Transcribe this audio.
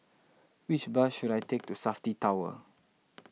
which bus should I take to Safti Tower